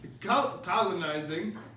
colonizing